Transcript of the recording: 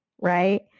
right